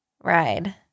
ride